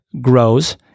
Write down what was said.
grows